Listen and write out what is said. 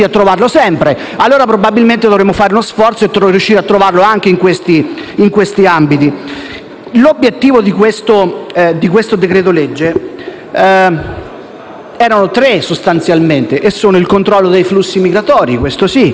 Allora probabilmente dovremmo fare uno sforzo e riuscire a trovarlo anche in questi ambiti. Gli obiettivi di questo decreto-legge erano tre sostanzialmente: il controllo dei flussi migratori, un